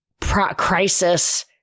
crisis